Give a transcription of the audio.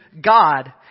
God